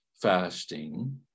fasting